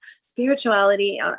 spirituality